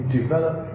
develop